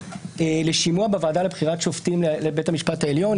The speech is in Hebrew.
לשימוע בוועדה לבחירת שופטים לבית המשפט העליון.